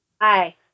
Hi